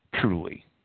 truly